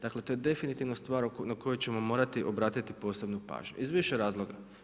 Dakle, to je definitivno stvar na koje ćemo morati obratiti posebnu pažnju iz više razloga.